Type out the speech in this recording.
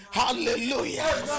hallelujah